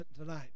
tonight